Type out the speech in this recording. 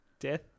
death